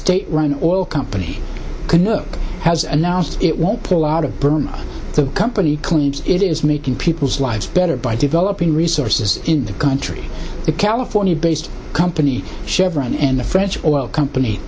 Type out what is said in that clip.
state run oil company can look has announced it won't pull out of burma the company claims it is making people's lives better by developing resources in the country a california based company chevron and the french oil company